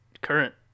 current